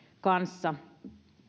kanssa